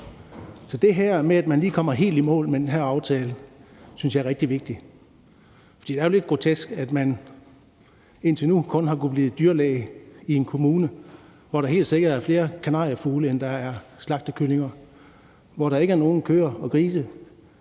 Så det her med, at man lige kommer helt i mål med den her aftale, synes jeg er rigtig vigtigt. Det er lidt grotesk, at man indtil nu kun har kunnet blive dyrlæge i en kommune, hvor der helt sikkert er flere kanariefugle, end der er slagtekyllinger, og hvor der ikke er nogen køer og grise.